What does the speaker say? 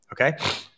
Okay